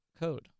code